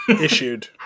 issued